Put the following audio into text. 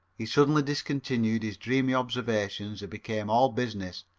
he suddenly discontinued his dreamy observations and became all business.